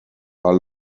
are